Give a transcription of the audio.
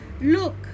look